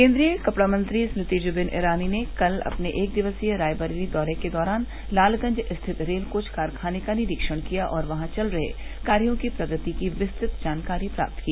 केन्द्रीय कपड़ा मंत्री स्मृति ज़बिन ईरानी ने कल अपने एक दिवसीय रायबरेली दौरे के दौरान लालगंज स्थित रेल कोच कारखाने का निरीक्षण किया और वहां चल रहे कार्यो की प्रगति की विस्तृत जानकारी प्राप्त की